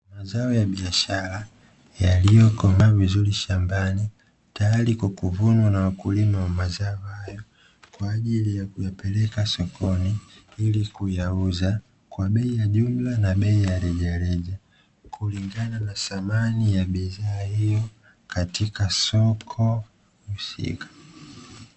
Mazao ya biashara yaliyo komaa vizuri shambani, tayari kwa kuvunwa na wakulima wa mazao hayo kwa ajili ya kuyapeleka sokoni ili kuyauza kwa bei ya jumala na kwa bei ya rejareja kulingana na thamani ya bidhaa hiyokatika soko husika .